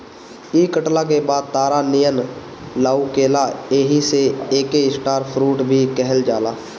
इ कटला के बाद तारा नियन लउकेला एही से एके स्टार फ्रूट भी कहल जाला